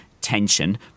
tension